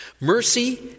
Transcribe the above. Mercy